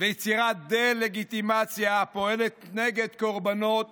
ויצירת דה-לגיטימציה הפועלת נגד קורבנות